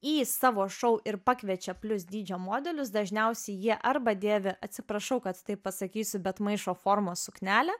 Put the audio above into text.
į savo šou ir pakviečia plius dydžio modelius dažniausiai jie arba dieve atsiprašau kad taip pasakysiu bet maišo formos suknelė